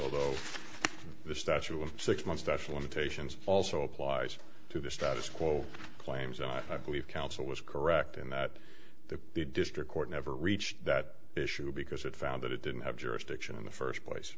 although the statue of six months national imitations also applies to the status quo claims and i believe council was correct in that the district court never reached that issue because it found that it didn't have jurisdiction in the first place